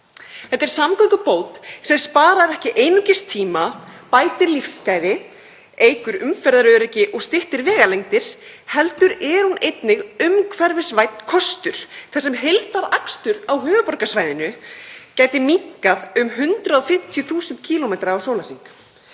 Þetta er samgöngubót sem sparar ekki einungis tíma, bætir lífsgæði, eykur umferðaröryggi og styttir vegalengdir heldur er hún einnig umhverfisvænn kostur þar sem heildarakstur á höfuðborgarsvæðinu gæti minnkað um 150.000 km á sólarhring.